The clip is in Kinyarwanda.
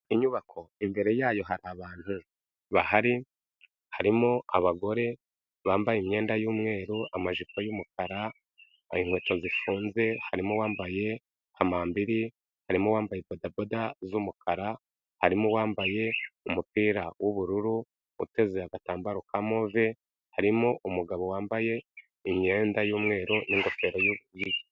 Inyubako imbere yayo hari abantu bahari harimo abagore bambaye imyenda y'umweru amajipo y'umukara inkweto zifunze harimo uwambaye amambiri arimo wambaye bodaboda hano yari ari kuhakora iki z'umukara harimo uwambaye umupira w'ubururu uteze agatambaro ka move harimo umugabo wambaye imyenda yumweru n'ingofero(..)